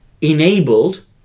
enabled